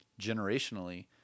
generationally